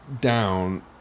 down